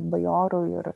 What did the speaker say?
bajorų ir